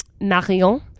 Marion